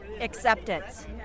Acceptance